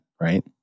right